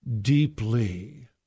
Deeply